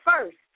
first